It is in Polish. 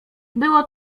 było